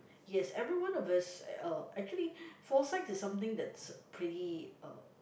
yes everyone of us uh actually foresights is something that's pretty uh